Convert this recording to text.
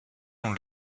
ont